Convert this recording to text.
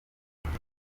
ibyo